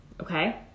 Okay